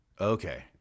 Okay